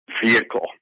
vehicle